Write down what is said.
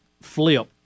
flip